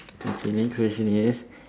okay next question is